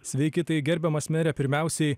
sveiki tai gerbiamas mere pirmiausiai